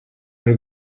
y’u